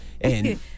and-